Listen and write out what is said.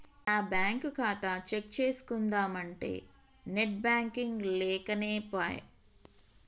నా బ్యేంకు ఖాతా చెక్ చేస్కుందామంటే నెట్ బాంకింగ్ లేకనేపాయె